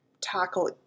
tackle